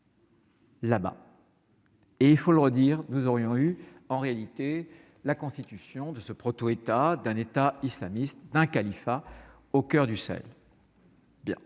Là-bas. Et il faut le redire, nous aurions eu en réalité la constitution de ce proto-État d'un État islamiste d'un califat au coeur du sel.